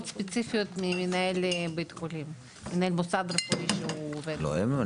ספציפיות ממנהל המוסד הרפואי שהוא עובד בו.